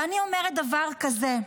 ואני אומרת דבר כזה,